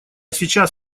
сейчас